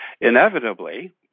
inevitably